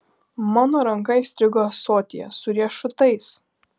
mano ranka įstrigo ąsotyje su riešutais